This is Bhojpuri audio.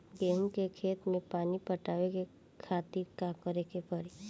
गेहूँ के खेत मे पानी पटावे के खातीर का करे के परी?